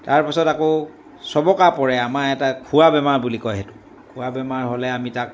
তাৰপাছত আকৌ চবকা পৰে আমাৰ এটা খোৱা বেমাৰ বুলি কয় সেইটো খোৱা বেমাৰ হ'লে আমি তাক